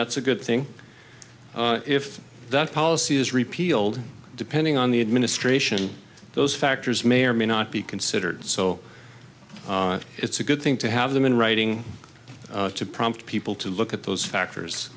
that's a good thing if that policy is repealed depending on the administration those factors may or may not be considered so it's a good thing to have them in writing to prompt people to look at those factors